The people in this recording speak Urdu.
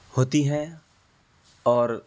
ہوتی ہیں اور